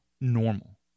normal